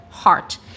Heart